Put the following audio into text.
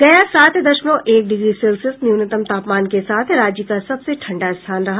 गया सात दशमलव एक डिग्री सेल्सियस न्यूनतम तापमान के साथ राज्य का सबसे ठंडा स्थान रहा